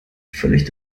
völlig